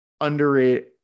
underrated